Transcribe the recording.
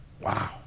Wow